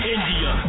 India